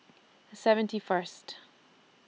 seventy First